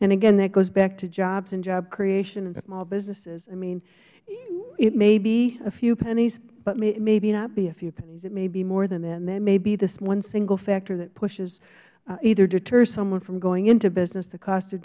and again that goes back to jobs and job creation and small businesses i mean it may be a few pennies but it may not be a few pennies it may be more than that and that may be the one single factor that pushes either deters someone from going into business the cost of